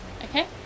Okay